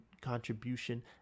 contribution